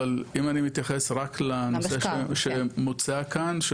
אבל אם אני מתייחס רק לנושא שמוצע כאן,